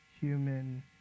human